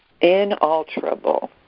inalterable